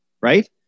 right